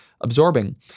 absorbing